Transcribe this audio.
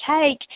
take